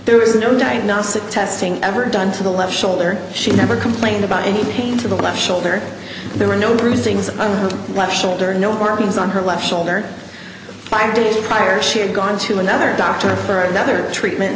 there was no diagnostic testing ever done to the left shoulder she never complained about any pain to the left shoulder there were no bruising on her left shoulder no arms on her left shoulder five days prior she had gone to another doctor for another treatment